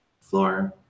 floor